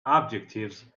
objectives